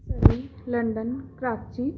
Surrey London Karachi